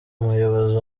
umuyobozi